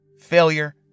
Failure